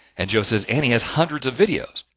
and joe says and he has hundreds of videos.